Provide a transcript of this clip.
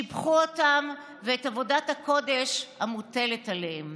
שיבחו אותם ואת עבודת הקודש המוטלת עליהם.